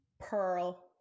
Pearl